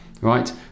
right